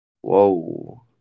Whoa